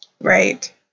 Right